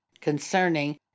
concerning